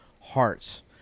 hearts